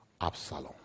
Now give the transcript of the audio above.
Absalom